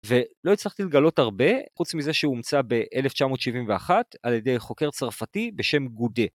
ולא הצלחתי לגלות הרבה, חוץ מזה שהוא הומצא ב-1971 על ידי חוקר צרפתי בשם גודה.